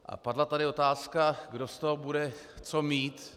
A padla tady otázka, kdo z toho bude co mít.